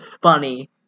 funny